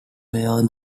where